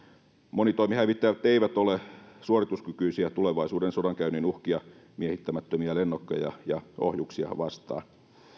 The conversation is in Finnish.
monitoimihävittäjät eivät ole suorituskykyisiä tulevaisuuden sodankäynnin uhkia miehittämättömiä lennokkeja ja ohjuksia vastaan